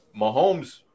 Mahomes